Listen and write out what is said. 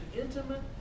intimate